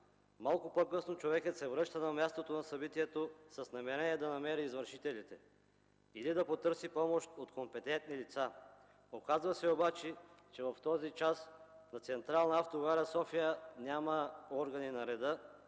малко по-късно човекът се връща на мястото на събитието с намерение да намери извършителите или да потърси помощ от компетентни лица. Оказва се обаче, че в този час на Централна автогара – София, няма органи на реда,